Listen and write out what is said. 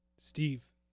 Steve